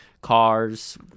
cars